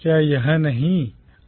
क्या यह नहीं है